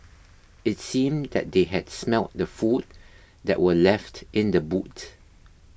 it seemed that they had smelt the food that were left in the boot